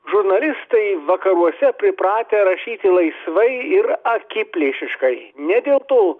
žurnalistai vakaruose pripratę rašyti laisvai ir akiplėšiškai ne dėl to